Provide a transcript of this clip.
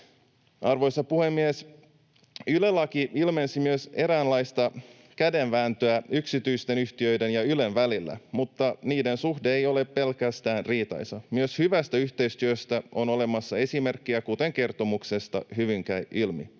Arvoisa puhemies! Yle-laki ilmensi myös eräänlaista kädenvääntöä yksityisten yhtiöiden ja Ylen välillä, mutta niiden suhde ei ole pelkästään riitaisa. Myös hyvästä yhteistyöstä on olemassa esimerkkejä, kuten kertomuksesta hyvin käy ilmi,